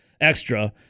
extra